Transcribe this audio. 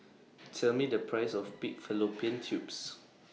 Tell Me The Price of Pig Fallopian Tubes